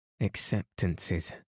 Acceptances